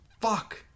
Fuck